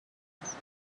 cancers